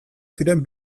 ziren